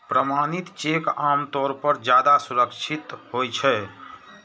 प्रमाणित चेक आम तौर पर ज्यादा सुरक्षित होइ छै